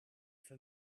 for